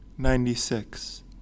Ninety-six